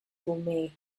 gourmet